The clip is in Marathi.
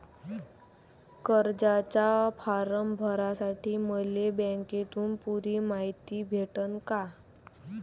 कर्जाचा फारम भरासाठी मले बँकेतून पुरी मायती भेटन का?